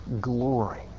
glory